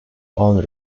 own